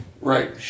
right